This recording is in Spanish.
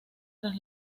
tras